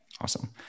Awesome